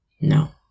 No